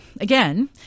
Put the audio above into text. Again